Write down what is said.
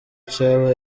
cy’aba